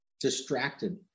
distracted